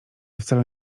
wcale